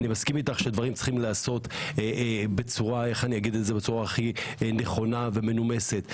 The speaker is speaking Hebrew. אני מסכים איתך שדברים צריכים להיעשות בצורה הכי נכונה ומנומסת.